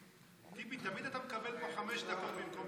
טיבי, תמיד אתה מקבל פה חמש דקות במקום